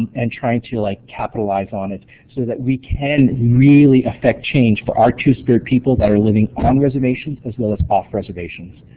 and trying to like capitalize on it so that we can really affect change for our two-spirit people that are living on reservations, as well as off reservations.